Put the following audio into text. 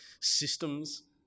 systems